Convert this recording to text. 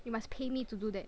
you must pay me to do that